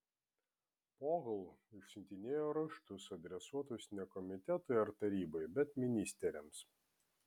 pohl išsiuntinėjo raštus adresuotus ne komitetui ar tarybai bet ministeriams